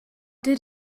did